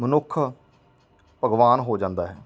ਮਨੁੱਖ ਭਗਵਾਨ ਹੋ ਜਾਂਦਾ ਹੈ